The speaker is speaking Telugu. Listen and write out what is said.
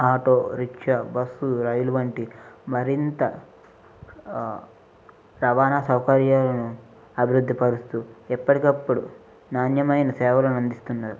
ఆటో రిక్షా బస్సు రైలు వంటి మరింత రవాణా సౌకర్యాలను అభివృద్ధి పరుస్తు ఎప్పటికప్పుడు నాణ్యమైన సేవలను అందిస్తున్నారు